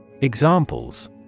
Examples